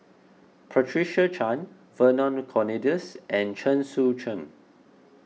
Patricia Chan Vernon Cornelius and Chen Sucheng